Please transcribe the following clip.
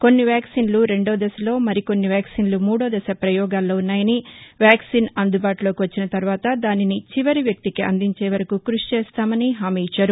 కొన్ని వ్యాక్సిన్లు రెండో దశలో మరికొన్ని వ్యాక్సిన్లు మూడో దశ ప్రయోగాల్లో ఉన్నాయని వ్యాక్సిన్ అందుబాటులోకి వచ్చిన తర్వాత దానిని చివరి వ్యక్తికి అందించే వరకు కృషి చేస్తామని హామీ ఇచ్చారు